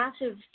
massive